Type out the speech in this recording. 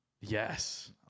Yes